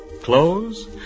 Clothes